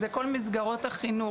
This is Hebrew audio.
אלא לכל מסגרות החינוך.